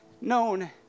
known